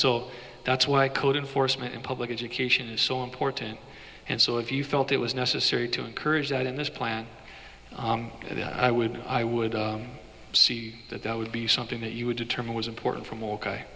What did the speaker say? so that's why code enforcement and public education is so important and so if you felt it was necessary to encourage that in this plan then i would i would see that that would be something that you would determine was important